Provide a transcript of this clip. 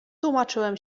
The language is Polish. tłumaczyłem